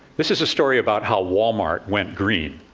this is a story about how wal-mart went green,